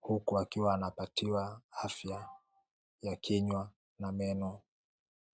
huku wakiwa wanapatiwa huduma ya afya ya kinywa na meno.